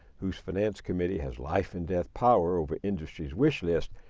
whose finance committee has life and death power over industry's wish list,